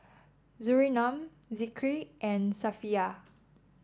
Surinam Zikri and Safiya